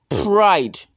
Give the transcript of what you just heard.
pride